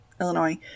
Illinois